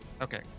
okay